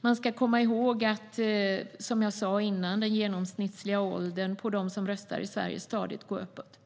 Man ska komma ihåg, som jag sa tidigare, att den genomsnittliga åldern på dem som röstar i Sverige stadigt går uppåt.